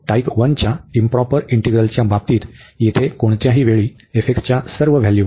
type 1 च्या improper इंटीग्रलच्या बाबतीत येथे कोणत्याही वेळी f च्या सर्व व्हॅल्यू